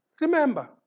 Remember